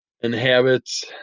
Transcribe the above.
inhabits